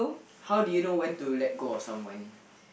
how do you know when to let go of someone